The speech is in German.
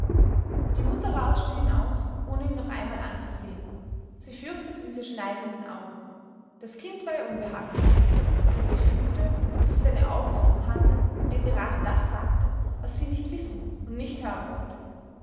die mutter rauschte hinaus ohne ihn noch einmal anzusehen sie fürchtete diese schneidenden augen das kind war ihr unbehaglich geworden seit sie fühlte daß es seine augen offen hatte und ihr gerade das sagte was sie nicht wissen und nicht hören wollte